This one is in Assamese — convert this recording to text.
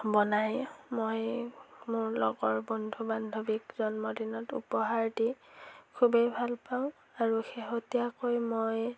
বনাই মই মোৰ লগৰ বন্ধু বান্ধৱীক জন্মদিনত উপহাৰ দি খুবেই ভাল পাওঁ আৰু শেহতীয়াকৈ মই